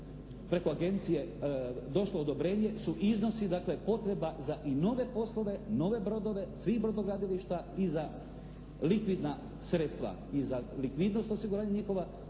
preko Agencije došlo odobrenje, su iznosi dakle potreba za i nove poslove, nove brodove svih brodogradilišta i za likvidna sredstva. I za likvidnost osiguranja njihova